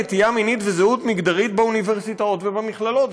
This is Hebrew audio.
נטייה מינית וזהות מגדרית באוניברסיטאות ובמכללות.